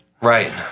Right